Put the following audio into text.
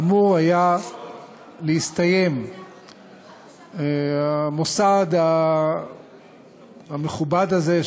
אמור היה להסתיים המוסד המכובד הזה,